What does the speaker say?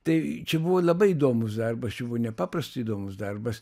tai čia buvo labai įdomus darbas čia buvo nepaprastai įdomus darbas